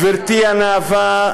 גברתי הנאווה,